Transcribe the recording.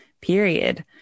period